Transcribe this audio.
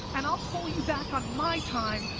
and i'll call you back on my time,